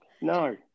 No